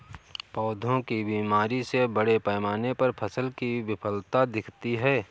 पौधों की बीमारी से बड़े पैमाने पर फसल की विफलता दिखती है